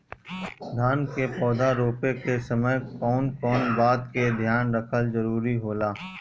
धान के पौधा रोप के समय कउन कउन बात के ध्यान रखल जरूरी होला?